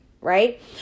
Right